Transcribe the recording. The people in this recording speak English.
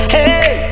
Hey